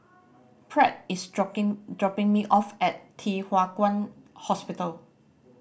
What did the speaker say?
Pratt is dropping dropping me off at Thye Hua Kwan Hospital